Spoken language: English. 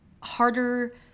harder